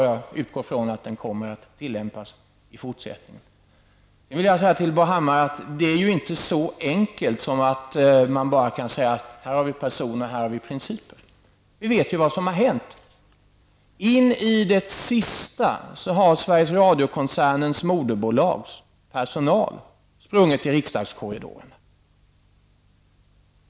Jag utgår från att den kommer att tillämpas i fortsättningen. Det är inte så enkelt som att bara säga: Här har vi personer, och här har vi principer -- Bo Hammar. Vi vet ju vad som har hänt. In i det sista har Sveriges Radio-koncernens moderbolags personal sprungit i riksdagskorridorerna.